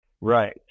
Right